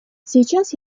сейчас